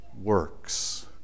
works